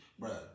Bruh